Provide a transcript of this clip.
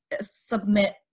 submit